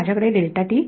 विद्यार्थी delta T